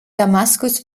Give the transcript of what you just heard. damaskus